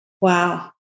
Wow